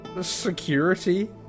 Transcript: security